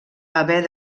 haver